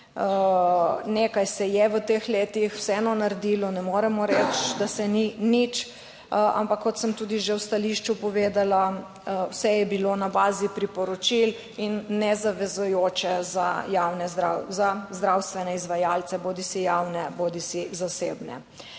Nekaj se je v teh letih vseeno naredilo, ne moremo reči, da se ni nič, ampak, kot sem tudi že v stališču povedala, vse je bilo na bazi priporočil in nezavezujoče za javne zdravstvene izvajalce, bodisi javne bodisi zasebne.